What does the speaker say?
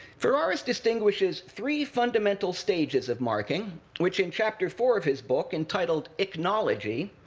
ferraris distinguishes three fundamental stages of marking, which in chapter four of his book entitled ichnology,